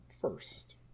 first